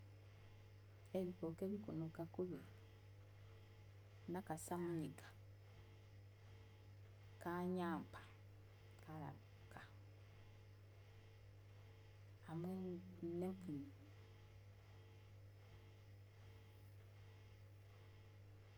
Ebikooko ebikunuuka kubi, n'akasaanyiga kaanyampa, karanuuka hamwe n'empunu.